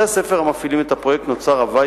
בבתי-הספר המפעילים את הפרויקט נוצר הווי